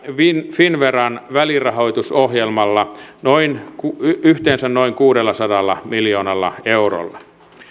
finnveran välirahoitusohjelmalla yhteensä noin kuudellasadalla miljoonalla eurolla